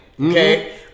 okay